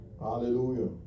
hallelujah